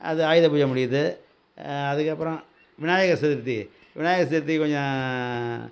அது ஆயுத பூஜை முடியுது அதுக்கு அப்பறம் விநாயகர் சதுர்த்தி விநாயகர் சதுர்த்தி கொஞ்சம்